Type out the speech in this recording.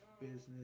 business